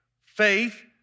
Faith